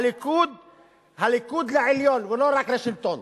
הליכוד לעליון, לא רק לשלטון.